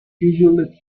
usually